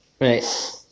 right